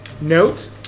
Note